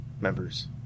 members